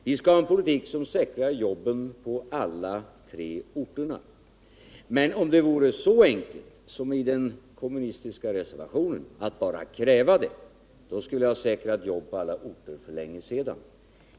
Vi skall ha en politik som säkrar jobben på alla de tre orterna. Men om det vore så enkelt som det framställs i den kommunistiska skrivningen, dvs. att bara kräva det, skulle vi ha säkrat jobben på alla orter för länge sedan.